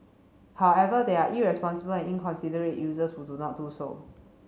however there are irresponsible and inconsiderate users who do not do so